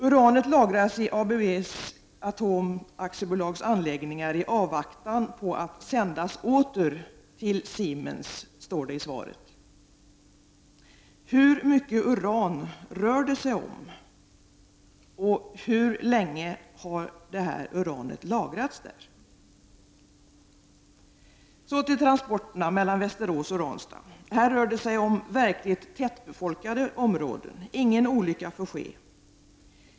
Uranet lagras i ABB Atom AB:s anläggningar i avvaktan på att sändas åter till Siemens, står det i svaret. Hur mycket uran rör det sig om, och hur länge har uranet lagrats där? Så till frågan om transporterna mellan Västerås och Ranstad. Här rör det sig om verkligt tättbefolkade områden. Ingen olycka får ske.